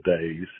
days